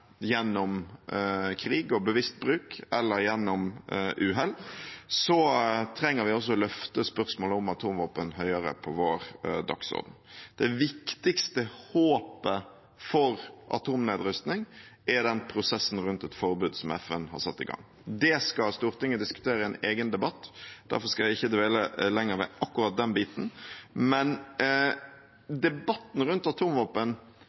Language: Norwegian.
gjennom krig og bevisst bruk eller gjennom uhell, trenger vi å løfte spørsmålet om atomvåpen høyere opp på vår dagsorden. Det viktigste håpet for atomnedrustning er den prosessen rundt et forbud som FN har satt i gang. Det skal Stortinget diskutere i en egen debatt, derfor skal jeg ikke dvele lenger ved akkurat den biten. Men debatten rundt atomvåpen